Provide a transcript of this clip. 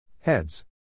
Heads